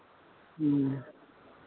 ह्म्म